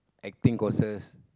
acting courses